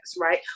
right